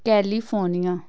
California